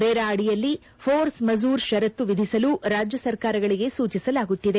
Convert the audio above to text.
RERA ಅಡಿಯಲ್ಲಿ force majeure ಷರತ್ತು ವಿಧಿಸಲು ರಾಜ್ಜ ಸರ್ಕಾರಗಳಿಗೆ ಸೂಚಿಸಲಾಗುತ್ತಿದೆ